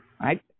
Right